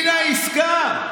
הינה עסקה.